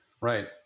Right